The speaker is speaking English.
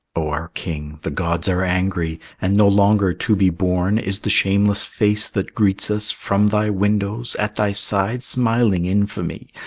o our king, the gods are angry and no longer to be borne is the shameless face that greets us from thy windows, at thy side, smiling infamy.